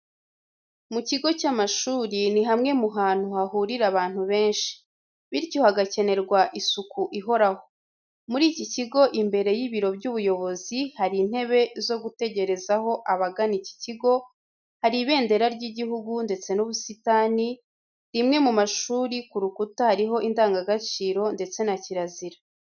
Mu kigo cy'amashuri ni hamwe mu hantu hahurira abantu benshi, bityo hagakenerwa isuku ihoraro. muri iki kigo imbere y'ibiro by'ubuyobozi hari intebe zo gutegerezaho abagana icyi kigo, hari ibendera ry'igihugu ndetse n'ubusitani, rimwe mu mashuri ku rukuta hariho indangagaciro ndetse na kirazira.